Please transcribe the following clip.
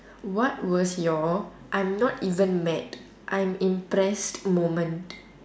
what was your I'm not even mad I'm impressed moment